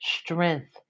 strength